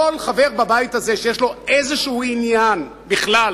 כל חבר בבית הזה שיש לו איזשהו עניין בכלל